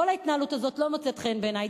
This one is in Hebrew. כל ההתנהלות הזו לא מוצאת חן בעיני.